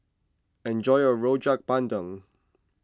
enjoy your Rojak Bandung